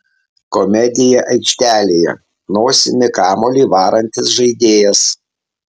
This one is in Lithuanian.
komedija aikštelėje nosimi kamuolį varantis žaidėjas